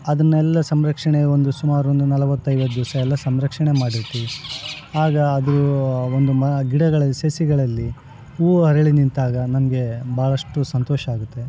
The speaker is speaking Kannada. ಅದನ್ನೆಲ್ಲ ಸಂರಕ್ಷಣೆ ಒಂದು ಸುಮಾರು ಒಂದು ನಲವತ್ತು ಐವತ್ತು ದಿವಸ ಎಲ್ಲ ಸಂರಕ್ಷಣೆ ಮಾಡಿರ್ತೀವಿ ಆಗ ಅದು ಒಂದು ಮಾ ಗಿಡಗಳಲ್ಲಿ ಸಸಿಗಳಲ್ಲಿ ಹೂ ಅರಳಿ ನಿಂತಾಗ ನಮಗೆ ಭಾಳಷ್ಟು ಸಂತೋಷ ಆಗುತ್ತೆ